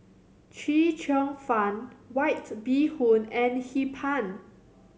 Chee Cheong Fun White Bee Hoon and Hee Pan